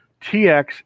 TX